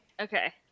Okay